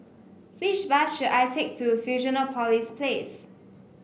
which bus should I take to Fusionopolis Place